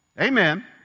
Amen